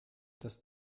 das